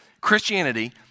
Christianity